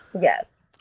Yes